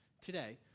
today